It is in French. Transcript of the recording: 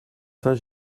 saint